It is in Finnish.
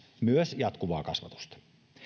myös jatkuvaa kasvatusta